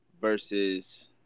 versus